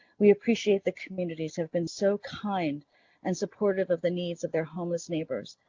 we appreciate the communities have been so kind and supportive of the needs of their homeless neighbors.